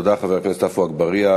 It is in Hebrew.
תודה, חבר הכנסת עפו אגבאריה.